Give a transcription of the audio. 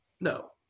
No